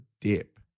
dip